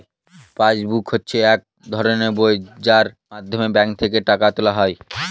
pass book হচ্ছে এক ধরনের বই যার মাধ্যমে ব্যাঙ্ক থেকে টাকা তোলা হয়